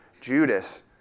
Judas